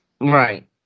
right